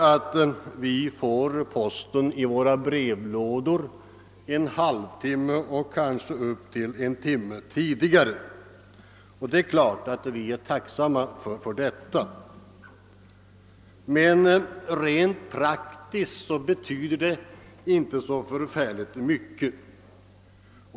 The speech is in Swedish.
Jo, vi får nu posten i våra brevlådor en halv eller kanske upp till en timme tidigare om dagen, och det är vi självfallet tacksamma för. Rent praktiskt betyder det emellertid inte så särskilt mycket.